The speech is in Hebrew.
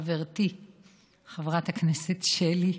חברתי חברת הכנסת שלי,